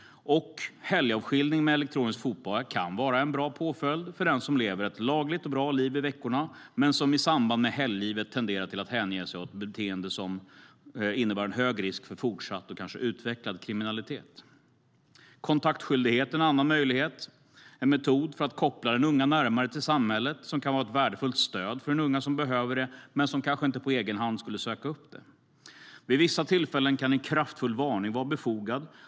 Helgavskiljning med elektronisk fotboja kan vara en bra påföljd för den som lever ett lagligt och bra liv i veckorna, men som i samband med helglivet tenderar att hänge sig åt ett beteende med hög risk för fortsatt och utvecklad kriminalitet. Kontaktskyldighet är en annan möjlig. Det är en metod för att koppla den unga närmare till samhället som kan vara ett värdefullt stöd för den unga som behöver det, men som kanske inte på egen hand skulle söka upp det. Vid vissa tillfällen kan en kraftfull varning vara befogad.